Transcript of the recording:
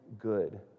good